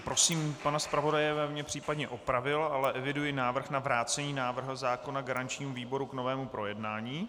Prosím pana zpravodaje, aby mě případně opravil, ale eviduji návrh na vrácení návrhu zákona garančnímu výboru k novému projednání.